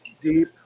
deep